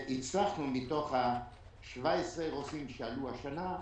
מתוך 17 הרופאים שעלו השנה,